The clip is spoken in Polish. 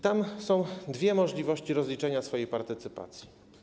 Tam są wskazane dwie możliwości rozliczenia swojej partycypacji.